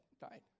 died